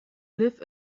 live